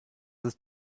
ist